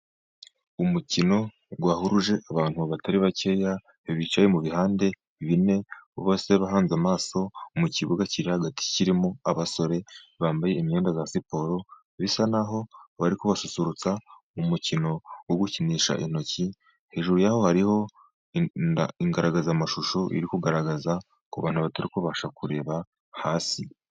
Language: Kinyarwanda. Umukino wahuruje abantu batari bakeya, bicaye mu bihande bine , bose bahanze amaso mu kibuga kiri hagati, kirimo abasore bambaye imyenda ya siporo, bisa n'aho bari kubasusurutsa, mu mukino wo gukinisha intoki, hejuru yaho hariho ingaragazamashusho iri kugaragaza ku bantu batari kubasha kureba hasi.